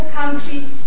countries